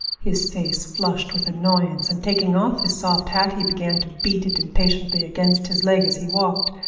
his face flushed with annoyance, and taking off his soft hat he began to beat it impatiently against his leg as he walked.